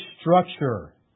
structure